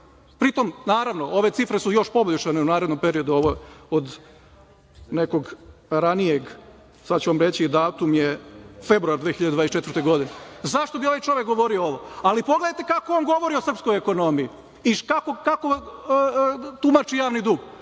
pritom, naravno, ove cifre su još poboljšane u narednom periodu od nekog ranijeg, sad ću vam reći, datum je februar 2024. godine. Zašto bi ovaj čovek govorio ovo? Pogledajte kako on govori o srpskoj ekonomiji i kako tumači javni dug?